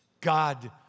God